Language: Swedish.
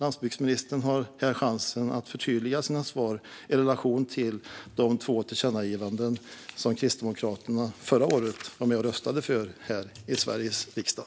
Landsbygdsministern har här chansen att förtydliga sina svar i relation till de två tillkännagivanden som Kristdemokraterna förra året var med och röstade för här i Sveriges riksdag.